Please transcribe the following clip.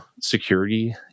security